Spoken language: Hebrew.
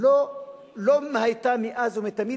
לא היתה מאז ומתמיד,